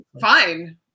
fine